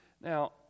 Now